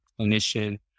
clinician